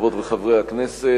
חברות וחברי הכנסת,